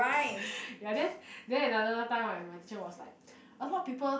ya then then another time my my teacher was like a lot people